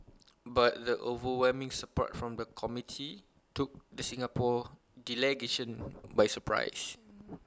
but the overwhelming support from the committee took the Singapore delegation by surprise